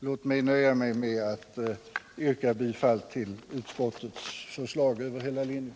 Jag nöjer mig med att yrka bifall till utskottets hemställan över hela linjen.